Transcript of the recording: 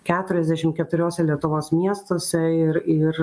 keturiasdešim keturiose lietuvos miestuose ir ir